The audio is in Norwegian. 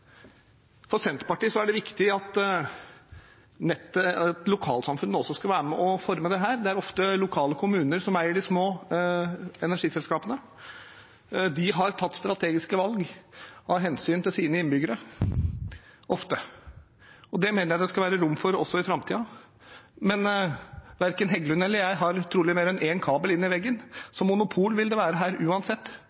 For Senterpartiet er det viktig at lokalsamfunnet også er med på å forme dette. Det er ofte lokale kommuner som eier de små energiselskapene. De har ofte tatt strategiske valg av hensyn til sine innbyggere. Det mener jeg det skal være rom for også i framtiden. Verken Heggelund eller jeg har trolig mer enn én kabel inn i veggen,